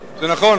זה נכון?